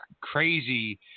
crazy